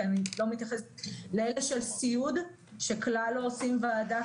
כי אני לא מתייחסת לאלה של סיעוד שכלל לא עושים ועדה,